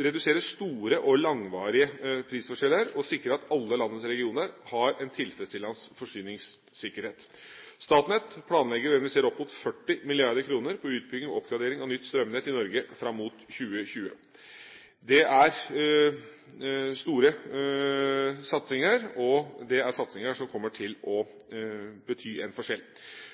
redusere store og langvarige prisforskjeller og sikre at alle landets regioner har en tilfredsstillende forsyningssikkerhet. Statnett planlegger å investere opp mot 40 mrd. kr på utbygging og oppgradering av nytt strømnett i Norge fram mot 2020. Det er store satsinger, og det er satsinger som kommer til å bety en forskjell.